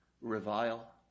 revile